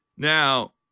Now